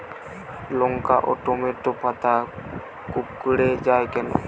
লঙ্কা ও টমেটোর পাতা কুঁকড়ে য়ায় কেন?